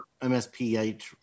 MSPH